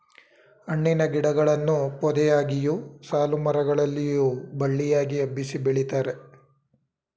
ಹಣ್ಣಿನ ಗಿಡಗಳನ್ನು ಪೊದೆಯಾಗಿಯು, ಸಾಲುಮರ ಗಳಲ್ಲಿಯೂ ಬಳ್ಳಿಯಾಗಿ ಹಬ್ಬಿಸಿ ಬೆಳಿತಾರೆ